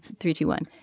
three two one.